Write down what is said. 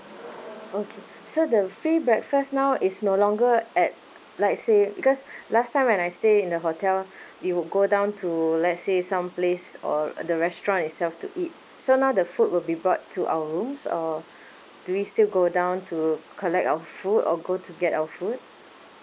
okay so the free breakfast now is no longer at like say because last time when I stay in the hotel you will go down to let say some place or the restaurant itself to eat so now the food will be brought to our rooms or do we still go down to collect our food or go to get our food